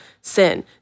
sin